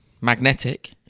magnetic